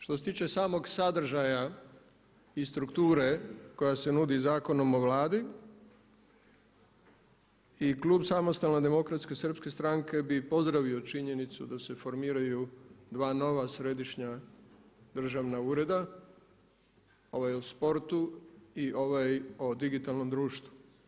Što se tiče samog sadržaja i strukture koja se nudi Zakonom o Vladi i klub Samostalne demokratske srpske stranke bi pozdravio činjenicu da se formiraju dva nova središnja državna ureda, ovaj o sportu i ovaj o digitalnom društvu.